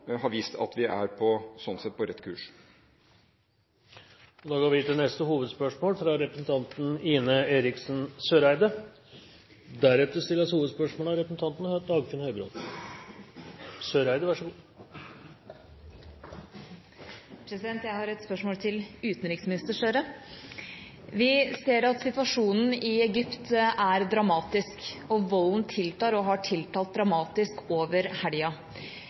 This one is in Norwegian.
har vist at vi er på rett kurs. Da går vi til neste hovedspørsmål. Jeg har et spørsmål til utenriksminister Gahr Støre. Vi ser at situasjon i Egypt er dramatisk. Volden tiltar og har tiltatt dramatisk over helgen. Flere titalls demonstranter er drept, så mange som 30. Vi vet at ca. 1 800 demonstranter er såret, flere skal være arrestert og